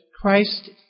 Christ